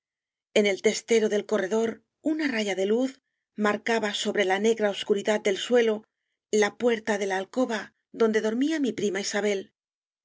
en el testero del corredor una raya de luz marca ba sobre la negra obscuridad del suelo la puerta de la alcoba donde dormía mi prima isabel